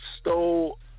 stole